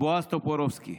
בועז טופורובסקי.